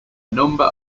number